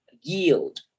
yield